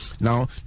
now